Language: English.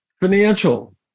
financial